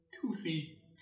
toothy